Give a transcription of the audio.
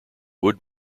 wood